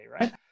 Right